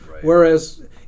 Whereas